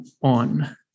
on